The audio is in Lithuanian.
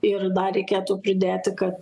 ir dar reikėtų pridėti kad